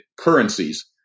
currencies